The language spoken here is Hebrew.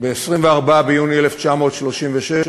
ב-24 ביוני 1936,